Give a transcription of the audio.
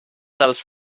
dels